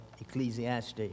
Ecclesiastes